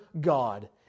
God